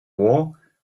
war